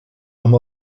amb